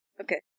Okay